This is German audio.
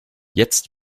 jetzt